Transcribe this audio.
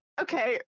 okay